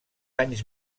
anys